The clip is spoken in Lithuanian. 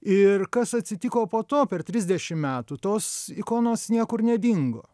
ir kas atsitiko po to per trisdešim metų tos ikonos niekur nedingo